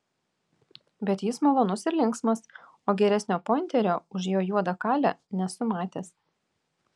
bet jis malonus ir linksmas o geresnio pointerio už jo juodą kalę nesu matęs